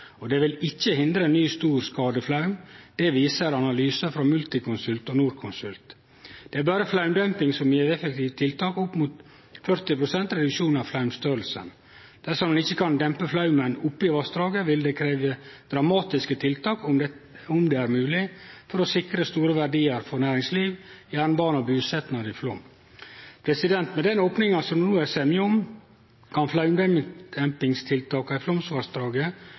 og det vil ikkje hindre ein ny stor skadeflaum. Det viser analysar frå Multiconsult og Norconsult. Det er berre flaumdemping som gjev effektive tiltak opp mot 40 pst. reduksjon av flaumstørrelsen. Dersom ein ikkje kan dempe flaumen oppe i vassdraget, vil det krevje dramatiske tiltak, om det er mogleg, for å sikre store verdiar for næringsliv, jernbane og busetnad i Flåm. Med den opninga som det no er semje om, kan